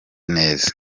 neza